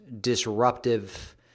disruptive